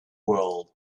world